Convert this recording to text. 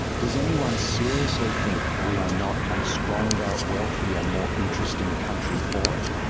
does anyone seriously think we are not a stronger, wealthier, more interesting country for it?